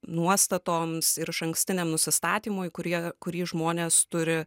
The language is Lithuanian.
nuostatoms ir išankstiniam nusistatymui kurie kurį žmonės turi